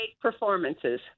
performances